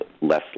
less